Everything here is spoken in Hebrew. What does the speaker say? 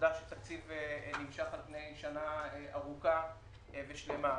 והעובדה שתקציב נמשך על פני שנה ארוכה ושלמה,